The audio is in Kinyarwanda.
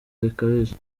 bikabije